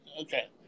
okay